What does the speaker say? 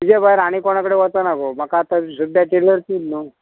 तुजे भायर आनी कोणा कडेन वचना गो म्हाका आतां सद्द्यां टेलर तूंत न्हू